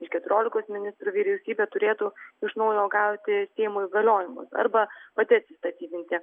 iš keturiolikos ministrų vyriausybė turėtų iš naujo gauti seimo įgaliojimus arba pati atsistatydinti